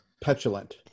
petulant